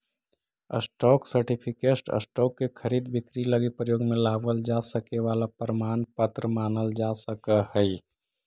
stock certificate stock के खरीद बिक्री लगी प्रयोग में लावल जा सके वाला प्रमाण पत्र मानल जा सकऽ हइ